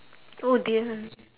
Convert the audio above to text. oh dear